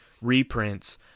reprints